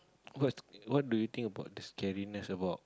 what's what do you think about the scariness about